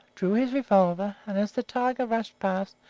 drew his revolver, and, as the tiger rushed past,